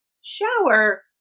shower